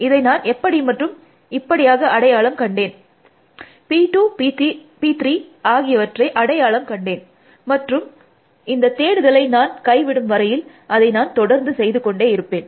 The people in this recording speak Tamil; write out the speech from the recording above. இதை நான் இப்படி மற்றும் இப்படியாக அடையாளம் கண்டேன் P2 P3 ஆகியவற்றை அடையாளம் கண்டேன் மற்றும் இந்த தேடுதலை நான் கைவிடும் வரையில் அதை நான் தொடர்ந்து செய்து கொண்டே இருப்பேன்